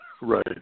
Right